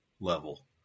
level